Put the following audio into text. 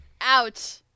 ouch